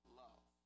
love